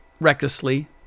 recklessly